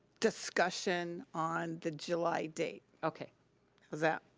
discussion on the july date. okay. is that,